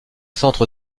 centre